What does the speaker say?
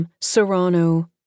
Serrano